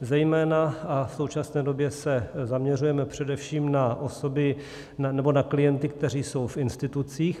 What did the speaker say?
Zejména a v současné době se zaměřujeme především na osoby nebo na klienty, kteří jsou v institucích.